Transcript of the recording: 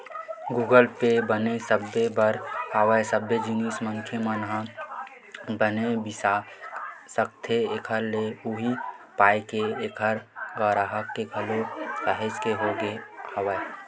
गुगप पे बने सबे बर हवय सबे जिनिस मनखे मन ह बने बिसा सकथे एखर ले उहीं पाय के ऐखर गराहक ह घलोक काहेच के होगे हवय